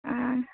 आं